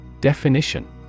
Definition